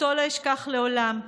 שאותו לא אשכח לעולם.